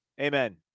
Amen